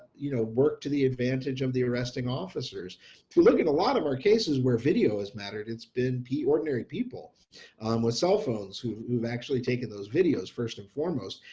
you know, work to the advantage of the arresting officers to look at a lot of our cases where video has mattered it's been p ordinary people with cell phones who've who've actually taken those videos, first and foremost,